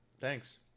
thanks